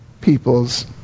people's